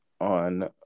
On